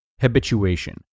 habituation